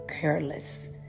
careless